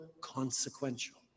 consequential